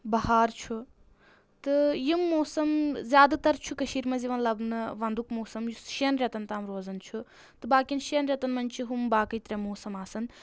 بہار چھُ تہٕ یِم موسم زیادٕ تر چھُ کٔشیٖرِ منٛز یِوان لَبنہٕ وَنٛدُک موسم یُس شیٚن رؠتن تام روزان چھُ تہٕ باقین شؠن رؠتن منٛز چھِ ہُم باقٕے ترٛےٚ موسم آسان